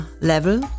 level